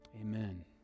amen